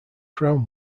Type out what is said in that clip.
crown